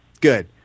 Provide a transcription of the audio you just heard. Good